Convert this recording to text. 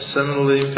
Similarly